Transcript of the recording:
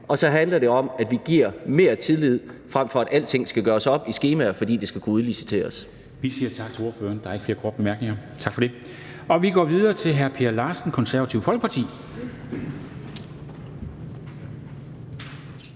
antal ældre, og om, at vi viser mere tillid, frem for at alting skal gøres op i skemaer, fordi det skal kunne udliciteres. Kl. 11:44 Formanden (Henrik Dam Kristensen): Vi siger tak til ordføreren. Der er ikke flere korte bemærkninger. Tak for det, og vi går videre til hr. Per Larsen, Det Konservative Folkeparti.